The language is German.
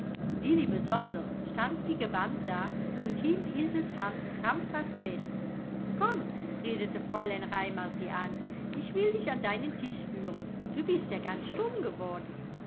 besonders stand wie gebannt da und hielt ilses hand krampfhaft fest komm redete fräulein raimar sie an ich will dich an deinen tisch führen du bist ja ganz stumm geworden